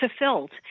fulfilled